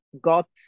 got